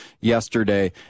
yesterday